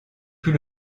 pût